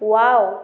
wow